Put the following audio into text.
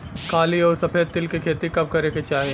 काली अउर सफेद तिल के खेती कब करे के चाही?